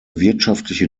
wirtschaftliche